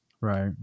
Right